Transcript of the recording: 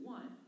One